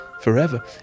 forever